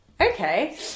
Okay